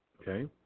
okay